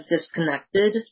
disconnected